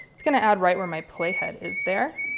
it's going to add right where my playhead is, there.